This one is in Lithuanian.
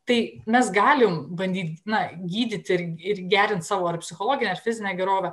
tai mes galim bandyt na gydyti ir gerint savo ar psichologinę ar fizinę gerovę